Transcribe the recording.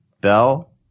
Bell